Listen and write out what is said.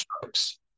strokes